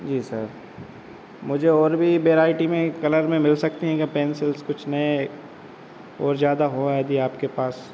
जी sir मुझे और भी बेराइटी में कलर में मिल सकती हैं क्या पेंसिल्स कुछ नए और ज़्यादा हो यदि आपके पास